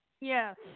Yes